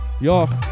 Yo